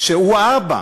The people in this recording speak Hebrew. שהוא האבא,